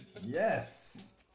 Yes